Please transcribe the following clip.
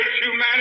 humanity